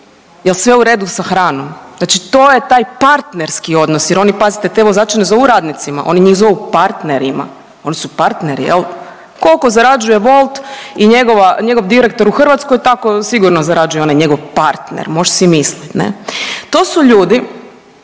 Je li sve u redu sa hranom. Znači to je taj partnerski odnos jer oni, pazite, te vozače ne zovu radnicima, oni njih zovu partnerima. Oni su partneri, je li? Koliko zarađuje Wolt i njegov direktor u Hrvatskoj, tako sigurno zarađuje i onaj njegov partner, mo'š si mislit, ne? To su ljudi